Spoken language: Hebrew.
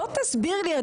בוא תסביר לי,